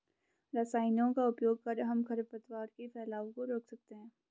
रसायनों का उपयोग कर हम खरपतवार के फैलाव को रोक सकते हैं